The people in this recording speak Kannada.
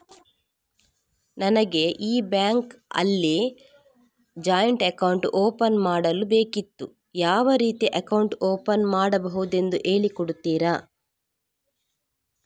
ನನಗೆ ಈ ಬ್ಯಾಂಕ್ ಅಲ್ಲಿ ಜಾಯಿಂಟ್ ಅಕೌಂಟ್ ಓಪನ್ ಮಾಡಲು ಬೇಕಿತ್ತು, ಯಾವ ರೀತಿ ಅಕೌಂಟ್ ಓಪನ್ ಮಾಡುದೆಂದು ಹೇಳಿ ಕೊಡುತ್ತೀರಾ?